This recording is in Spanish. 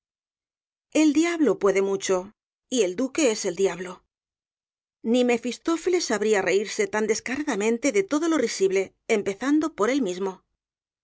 el diablo puede mucho y el duque es el diablo ni mefistófele sabría reirse tan descaradamente de todo lo risible empezando por él mismo